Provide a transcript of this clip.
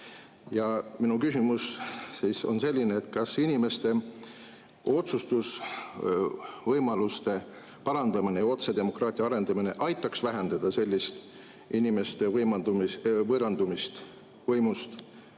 Minu küsimus on selline: kas inimeste otsustusvõimaluste parandamine ja otsedemokraatia arendamine aitaks vähendada sellist inimeste võõrandumist võimust,